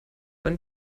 wann